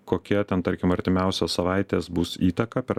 kokia ten tarkim artimiausias savaites bus įtaka per